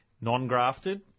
non-grafted